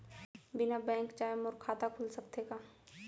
बिना बैंक जाए मोर खाता खुल सकथे का?